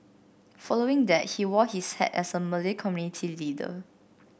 following that he wore his hat as a Malay community leader